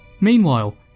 Meanwhile